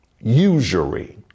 Usury